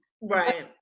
Right